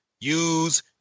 use